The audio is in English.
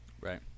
Right